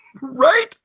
Right